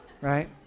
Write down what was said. right